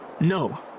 No